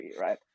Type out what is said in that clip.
right